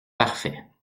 parfait